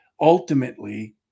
ultimately